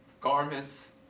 garments